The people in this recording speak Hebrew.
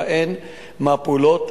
מה אין ומה הפעולות.